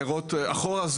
אחורה,